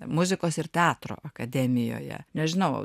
muzikos ir teatro akademijoje nežinau